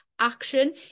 action